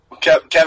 Kevin